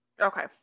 Okay